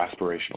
aspirational